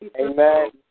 Amen